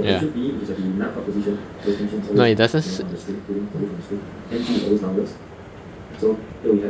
ya no it doesn't suit